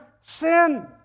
sin